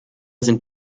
sind